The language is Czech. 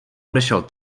odešel